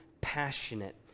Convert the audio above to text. passionate